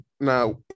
now